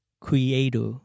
Creator